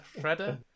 Shredder